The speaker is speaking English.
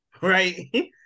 right